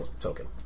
token